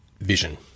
vision